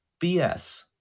BS